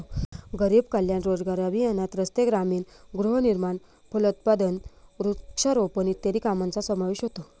गरीब कल्याण रोजगार अभियानात रस्ते, ग्रामीण गृहनिर्माण, फलोत्पादन, वृक्षारोपण इत्यादी कामांचा समावेश होतो